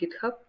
GitHub